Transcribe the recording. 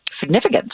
significant